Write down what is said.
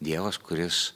dievas kuris